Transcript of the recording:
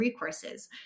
recourses